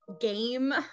game